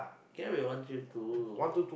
cannot be one three two